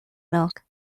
milk